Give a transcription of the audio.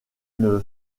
une